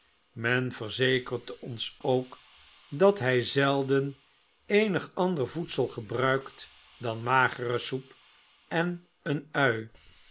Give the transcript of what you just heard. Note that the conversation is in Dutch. men verzekert ons ook dat hij zelden eenig ander voedsel gebruikt dan magere soep en een ui